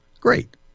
Great